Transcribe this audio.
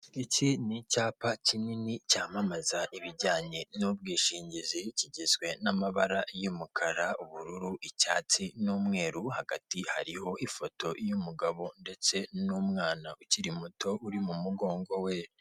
Iki n'icyapa kinini cyamamaza ibijyanye n'ubwishingizi kigizwe n'amabara y'umukara, ubururu, icyatsi, n'umweru, hagati hariho ifoto y'umugabo ndetse n'umwana ukiri muto uri m'umugongo we.